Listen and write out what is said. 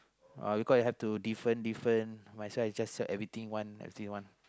uh because I have to different different might as well just sell everything one everything one